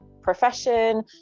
profession